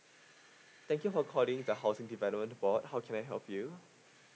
thank you for calling the housing development board how can I help you